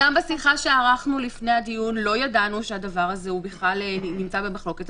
גם בשיחה שערכנו לפני הדיון לא ידענו שהדבר הזה בכלל נמצא במחלוקת.